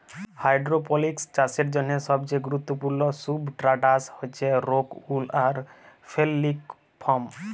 hydroponics চাষের জ্যনহে সবচাঁয়ে গুরুত্তপুর্ল সুবস্ট্রাটাস হছে রোক উল আর ফেললিক ফম